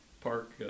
park